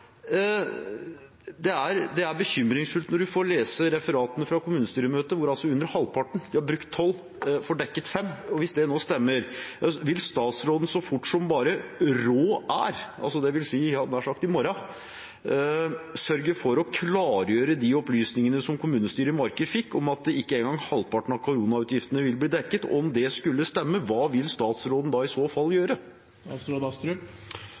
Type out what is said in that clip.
Det er bekymringsfullt å lese referatene fra kommunestyremøtet om at man får under halvparten – man har brukt 12 mill. kr, man får dekket 5 mill. kr. Hvis det nå stemmer: Vil statsråden så fort som råd, jeg hadde nær sagt i morgen, sørge for å klargjøre de opplysningene kommunestyret i Marker fikk om at ikke engang halvparten av koronautgiftene vil bli dekket? Om det skulle stemme, hva vil statsråden i så fall